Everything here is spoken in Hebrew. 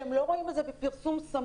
שהם לא רואים את זה בפרסום סמוי,